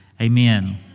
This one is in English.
Amen